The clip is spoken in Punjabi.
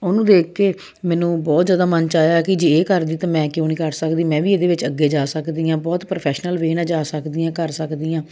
ਉਹਨੂੰ ਦੇਖ ਕੇ ਮੈਨੂੰ ਬਹੁਤ ਜ਼ਿਆਦਾ ਮਨ 'ਚ ਆਇਆ ਕਿ ਜੇ ਇਹ ਕਰਦੀ ਤਾਂ ਮੈਂ ਕਿਉਂ ਨਹੀਂ ਕਰ ਸਕਦੀ ਮੈਂ ਵੀ ਇਹਦੇ ਵਿੱਚ ਅੱਗੇ ਜਾ ਸਕਦੀ ਹਾਂ ਬਹੁਤ ਪ੍ਰੋਫੈਸ਼ਨਲ ਵੇ ਨਾਲ ਜਾ ਸਕਦੀ ਆ ਕਰ ਸਕਦੀ ਹਾਂ